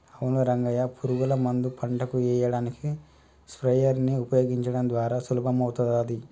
అవును రంగయ్య పురుగుల మందు పంటకు ఎయ్యడానికి స్ప్రయెర్స్ నీ ఉపయోగించడం ద్వారా సులభమవుతాది